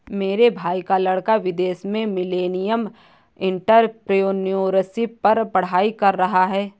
मेरे भाई का लड़का विदेश में मिलेनियल एंटरप्रेन्योरशिप पर पढ़ाई कर रहा है